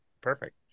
perfect